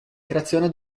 creazione